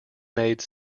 made